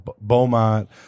Beaumont